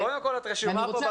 קודם כול, את רשומה פה.